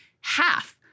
half